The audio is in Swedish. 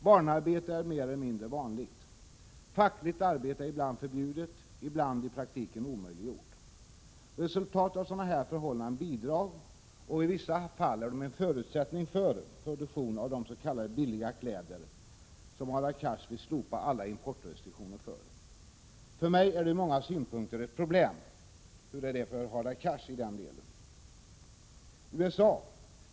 Barnarbete är mer eller mindre vanligt. Fackligt arbete är ibland förbjudet och ibland är det i praktiken helt omöjligt. Dessa förhållanden bidrar till, och i vissa fall utgör de en förutsättning för, produktion av de s.k. billiga kläder för vilka Hadar Cars vill slopa alla importrestriktioner. För mig framstår detta ur många synpunkter som ett problem, men hur uppfattar Hadar Cars det här?